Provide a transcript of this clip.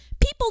People